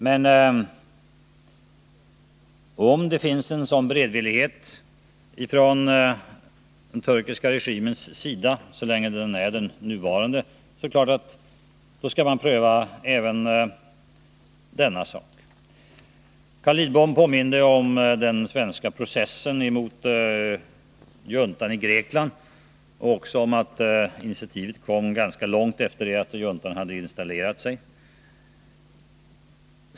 Men om det finns en beredvillighet hos den nuvarande turkiska regimen, är det klart att man skall pröva även detta. Carl Lidbom påminde om den svenska processen mot juntan i Grekland, liksom att initiativet dröjde ganska länge efter det att juntan installerat sig.